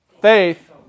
faith